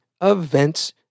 events